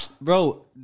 Bro